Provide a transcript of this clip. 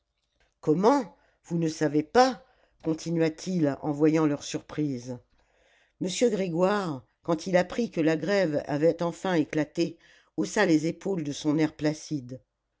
comment vous ne savez pas continua-t-il en voyant leur surprise m grégoire quand il apprit que la grève avait enfin éclaté haussa les épaules de son air placide